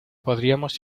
podríamos